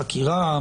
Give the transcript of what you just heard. החקירה,